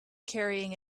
carrying